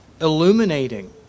illuminating